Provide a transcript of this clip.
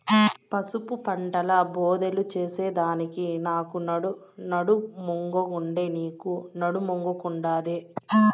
పసుపు పంటల బోదెలు చేసెదానికి నాకు నడుమొంగకుండే, నీకూ నడుమొంగకుండాదే